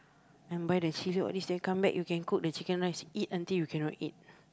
and buy the chilli all these come back you can cook the chicken rice eat until you cannot eat